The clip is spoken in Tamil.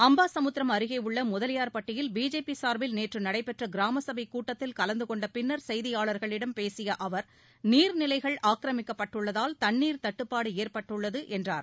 அம்பாசமுத்திரம் அருகேயுள்ள முதலியார்பட்டியில் பிஜேபி சார்பில் நேற்று நடைபெற்ற கிராமசபைக் கூட்டத்தில் கலந்து கொண்ட பின்னர் செய்தியாளர்களிடம் பேசிய அவர் நீர்நிலைகள் ஆக்கிரமிக்கப்பட்டுள்ளதால் தண்ணீர் தட்டுப்பாடு ஏற்பட்டுள்ளது என்றார்